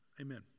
Amen